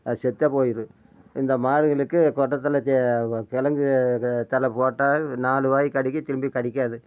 அது செத்தே போயிடும் இந்த மாடுகளுக்கு கொட்டத்தழை தே கிழங்கு தழை போட்டால் நாலு வாய் கடிக்கும் திரும்பி கடிக்காது